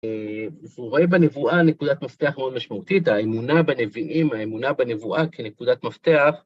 הוא רואה בנבואה נקודת מפתח מאוד משמעותית, האמונה בנביאים, האמונה בנבואה כנקודת מפתח.